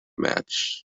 match